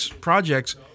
projects